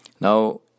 Now